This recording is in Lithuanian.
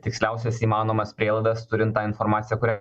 tiksliausias įmanomas prielaidas turint tą informaciją kurią